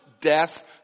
death